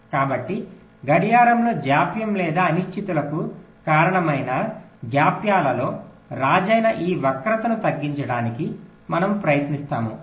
కాబట్టి గడియారంలో జాప్యం లేదా అనిశ్చితులకు కారణమైనజాప్యాలలో రాజైన ఈ వక్రతను తగ్గించడానికి మనము ప్రయత్నిస్తాము